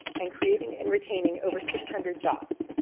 and creating and retaining over six hundred jobs.